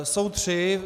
Jsou tři.